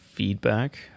Feedback